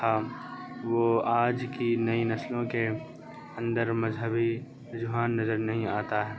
تھا وہ آج کی نئی نسلوں کے اندر مذہبی رجحان نظر نہیں آتا ہے